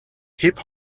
hip